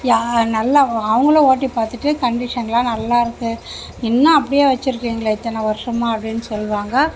நல்லா அவங்களும் ஓட்டிப் பார்த்துட்டு கன்டிஷன்லாம் நல்லா இருக்கு இன்னும் அப்படியே வச்சுருக்கீங்களே இத்தனை வருஷமாக அப்படீனு சொல்வாங்க